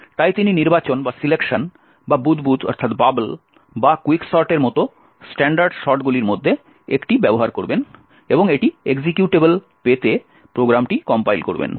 তাই তিনি নির্বাচন বা বুদবুদ বা কুইকসর্টের মতো স্ট্যান্ডার্ড সর্টগুলির মধ্যে একটি ব্যবহার করবেন এবং একটি এক্জিকিউটেবল পেতে প্রোগ্রামটি কম্পাইল করবেন